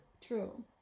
True